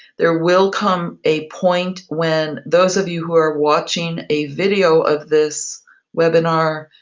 there will come a point when those of you who are watching a video of this webinar,